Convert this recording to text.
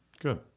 good